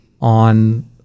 on